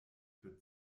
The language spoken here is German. für